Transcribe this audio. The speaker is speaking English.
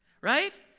Right